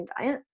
diet